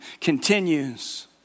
continues